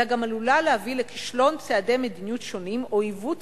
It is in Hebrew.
אלא גם עלולה להביא לכישלון צעדי מדיניות שונים או עיוות